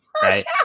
Right